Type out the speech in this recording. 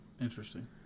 Interesting